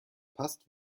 passt